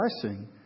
blessing